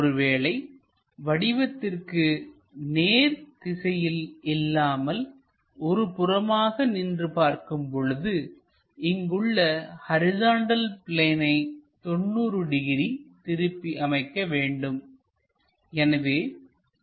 ஒருவேளை வடிவத்திற்கு நேர் திசையில் இல்லாமல் ஒரு புறமாக நின்று பார்க்கும் பொழுது இங்குள்ள ஹரிசாண்டல் பிளேனை 90 டிகிரி திருப்பி அமைக்க வேண்டும்